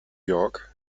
york